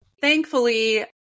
thankfully